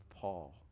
Paul